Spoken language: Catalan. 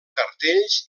cartells